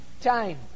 time